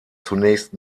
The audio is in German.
zunächst